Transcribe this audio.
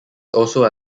also